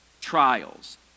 trials